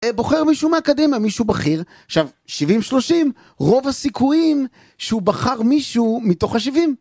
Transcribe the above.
בוחר מישהו מאקדמיה, מישהו בכיר, עכשיו, 70-30, רוב הסיכויים שהוא בחר מישהו מתוך ה-70.